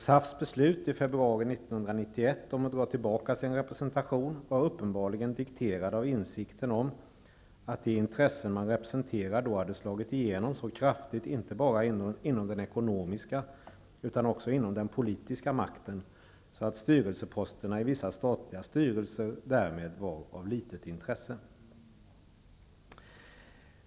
SAF:s beslut i februari 1991 att dra tillbaka sin representation var uppenbarligen dikterat av insikten om att de intressen man representerar då hade slagit igenom så kraftigt inte bara inom den ekonomiska utan också den politiska makten, så att styrelseposterna i vissa statliga styrelser därmed var av litet intresse.